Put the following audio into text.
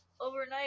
overnight